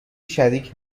شریک